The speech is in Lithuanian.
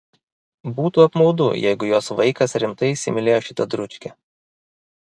būtų apmaudu jeigu jos vaikas rimtai įsimylėjo šitą dručkę